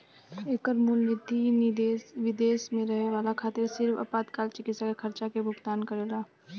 एकर मूल निति विदेश में रहे वाला खातिर सिर्फ आपातकाल चिकित्सा के खर्चा के भुगतान करेला